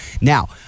Now